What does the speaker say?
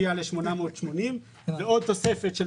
מה שמביא אותנו ל-880 מיליון שקלים ועוד תוספת של